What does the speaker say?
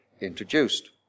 introduced